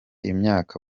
imyaka